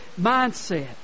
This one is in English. mindset